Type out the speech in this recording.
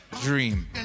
dream